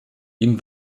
ihm